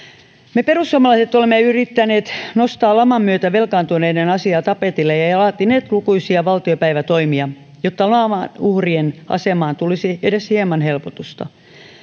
me perussuomalaiset olemme yrittäneet nostaa laman myötä velkaantuneiden asiaa tapetille ja ja laatineet lukuisia valtiopäivätoimia jotta laman uhrien asemaan tulisi edes hieman helpotusta